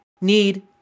need